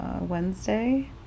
Wednesday